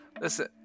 Listen